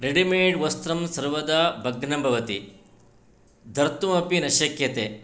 readymade वस्त्रं सर्वदा भग्नं भवति धर्तुमपि न शक्यते